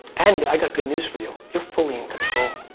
and i got good news for you, you're fully in control.